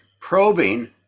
Probing